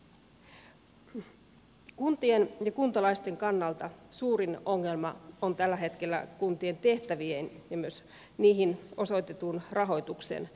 kuntien ja kuntalaisten kannalta suurin ongelma on tällä hetkellä kuntien tehtävien ja myös niihin osoitetun rahoituksen epäsuhta